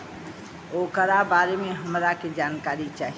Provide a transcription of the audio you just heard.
ओकरा बारे मे हमरा के जानकारी चाही?